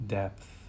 depth